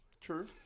True